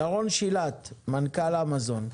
ירון שילת מנכ"ל אמזון.